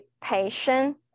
patient